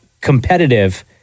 competitive